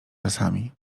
czasami